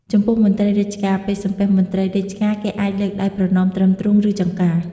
ចំពោះមន្ត្រីរាជការ ពេលសំពះមន្ត្រីរាជការ គេអាចលើកដៃប្រណម្យត្រឹមទ្រូង ឬចង្កា។